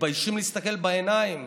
מתביישים להסתכל בעיניים.